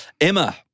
Emma